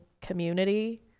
community